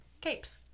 Capes